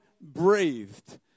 breathed